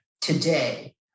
today